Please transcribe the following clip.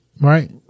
Right